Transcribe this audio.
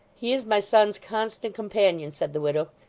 he is my son's constant companion said the widow.